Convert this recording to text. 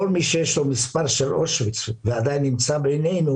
כל מי שיש לו מספר של אושוויץ ועדיין נמצא בינינו